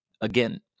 Again